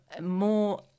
more